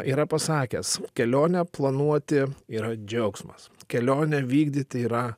yra pasakęs kelionę planuoti yra džiaugsmas kelionę vykdyti yra